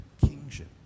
kingship